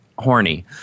horny